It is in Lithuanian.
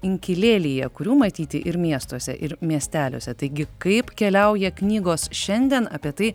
inkilėlyje kurių matyti ir miestuose ir miesteliuose taigi kaip keliauja knygos šiandien apie tai